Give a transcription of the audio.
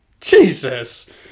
Jesus